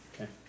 Okay